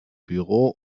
büro